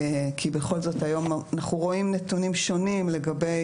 כי בכל זאת היום אנחנו רואים נתונים לגבי